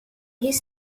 his